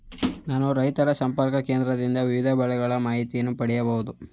ನಾನು ರೈತ ಸಂಪರ್ಕ ಕೇಂದ್ರದಿಂದ ವಿವಿಧ ಬೆಳೆಗಳ ಮಾಹಿತಿಯನ್ನು ಪಡೆಯಬಹುದೇ?